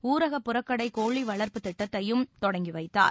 ஊரக புறக்கடை கோழிவளர்ப்புத் திட்டத்தையும் தொடங்கி வைத்தார்